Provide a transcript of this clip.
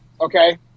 okay